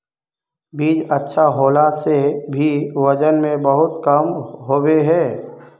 बीज अच्छा होला से भी वजन में बहुत कम होबे है?